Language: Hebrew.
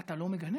אתה לא מגנה?